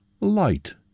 light